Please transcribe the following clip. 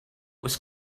was